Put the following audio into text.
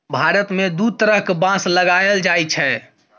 भारत मे दु तरहक बाँस लगाएल जाइ छै